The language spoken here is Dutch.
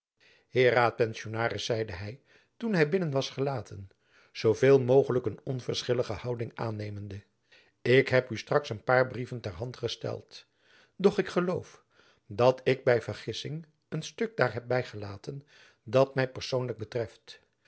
heer raadpensionaris zeide hy toen hy binnen was gelaten zooveel mogelijk een onverschillige houjacob van lennep elizabeth musch ding aannemende ik heb u straks een paar brieven ter hand gesteld doch ik geloof dat ik by vergissing een stuk daar heb by gelaten dat my persoonlijk betreft